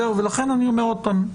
לכן, אני אומר שוב,